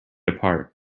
apart